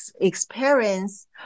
experience